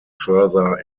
further